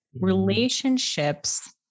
relationships